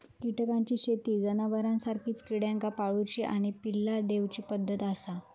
कीटकांची शेती ही जनावरांसारखी किड्यांका पाळूची आणि पिल्ला दिवची पद्धत आसा